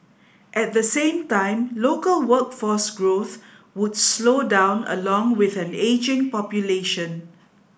at the same time local workforce growth would slow down along with an ageing population